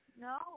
No